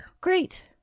Great